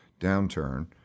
downturn